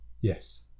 Yes